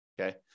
okay